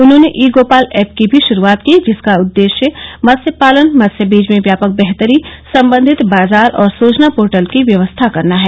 उन्हॉने e Gopal app की भी श्रूआत की जिसका उद्देश्य मत्स्य पालन मत्स्य बीज में व्यापक बेहतरी संबंधित बाजार और सुचना पोर्टल की व्यवस्था करना है